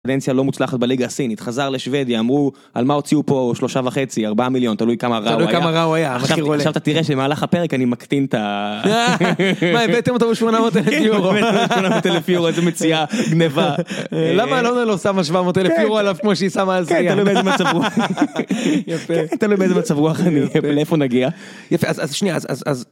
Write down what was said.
ולנסיה לא מוצלחת בליגה הסינית חזר לשוודיה אמרו על מה הוציאו פה שלושה וחצי ארבעה מיליון תלוי כמה רע הוא היה. תלוי כמה רע הוא היה המחיר עולה. עכשיו אתה תראה שבמהלך הפרק אני מקטין את ה... למה לא הבאתם אותו ב 800 אלף יורו. 800 אלף יורו איזו מציאה, גניבה. למה למה היא לא שמה עליו 700 אלף יורו עליו כמו שהיא שמה עליו על... תלוי באיזה מצב רוח. תלוי באיזה מצברוח לאיפה נגיע. יפה אז שניה, אז...